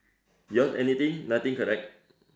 your's anything nothing correct